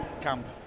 Camp